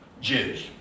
Jews